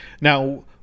now